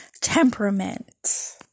temperament